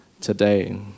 today